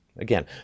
again